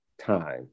time